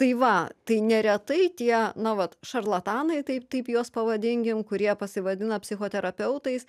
tai va tai neretai tie na vat šarlatanai taip taip juos pavadinkim kurie pasivadina psichoterapeutais